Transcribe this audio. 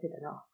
enough